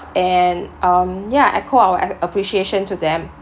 and um ya echo our a~ appreciation to them